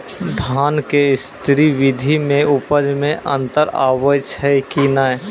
धान के स्री विधि मे उपज मे अन्तर आबै छै कि नैय?